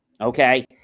okay